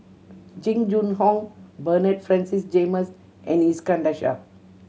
Jing Jun Hong Bernard Francis James and Iskandar Shah